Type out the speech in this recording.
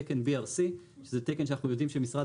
תקן BRC שזה תקן שאנחנו יודעים שמשרד